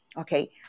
okay